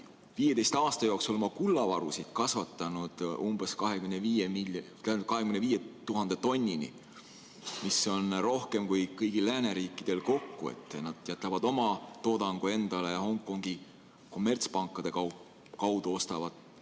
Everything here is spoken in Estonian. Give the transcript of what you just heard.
15 aasta jooksul oma kullavarusid kasvatanud umbes 25 000 tonnini, mis on rohkem kui kõigil lääneriikidel kokku. Nad jätavad oma toodangu endale ja Hongkongi kommertspankade kaudu ostavad